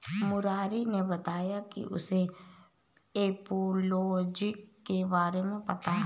मुरारी ने बताया कि उसे एपियोलॉजी के बारे में पता है